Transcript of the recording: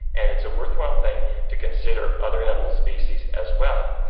and it's a worthwhile thing to consider other animal species as well.